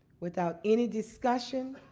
without any discussion,